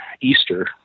Easter